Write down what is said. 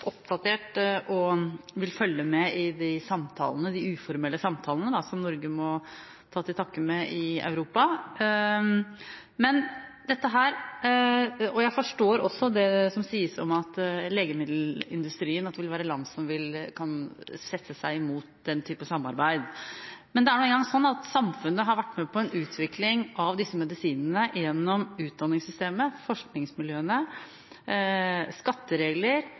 oppdatert og vil følge med i de uformelle samtalene som Norge må ta til takke med i Europa. Jeg forstår det som sies om legemiddelindustrien, dette at det kan være land som vil sette seg imot den type samarbeid. Men det er nå engang sånn at samfunnet har vært med på en utvikling av disse medisinene gjennom utdanningssystemet, forskningsmiljøene, skatteregler